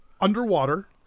underwater